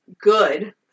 good